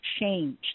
changed